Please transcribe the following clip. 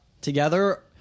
together